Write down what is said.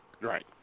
Right